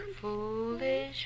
foolish